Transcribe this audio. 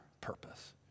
purpose